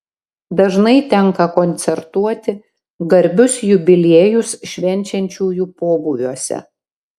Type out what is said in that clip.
dažnai tenka koncertuoti garbius jubiliejus švenčiančiųjų pobūviuose